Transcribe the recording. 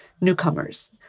newcomers